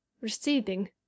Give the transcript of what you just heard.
receding